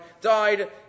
died